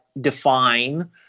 define